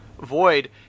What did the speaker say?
Void